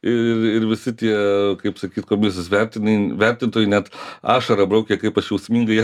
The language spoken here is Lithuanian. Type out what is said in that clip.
ir ir visi tie kaip sakyt komisijos vertinai vertintojai net ašarą braukė kaip aš jausmingai ją